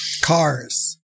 Car's